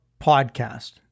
podcast